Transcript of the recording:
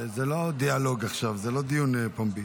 זה לא דיאלוג עכשיו, זה לא דיון פומבי.